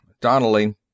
Donnelly